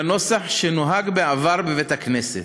בנוסח שנהג בעבר בבית-הכנסת.